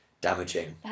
damaging